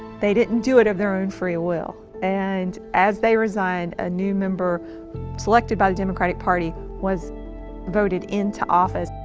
they didn't do it of their own free will and as they resigned a new member selected by the democratic party was voted into office.